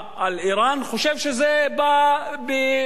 חושב שזה בא בלי כסף.